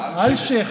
אלשיך,